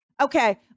Okay